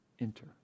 enter